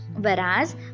whereas